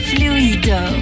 Fluido